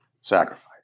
sacrifice